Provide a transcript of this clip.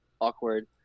awkward